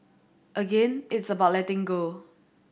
again it's about letting go